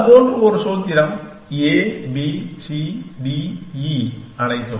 அது போன்ற ஒரு சூத்திரம் A B C D E அனைத்தும்